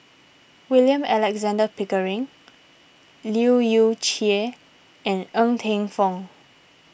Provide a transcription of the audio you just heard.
William Alexander Pickering Leu Yew Chye and Ng Teng Fong